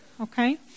okay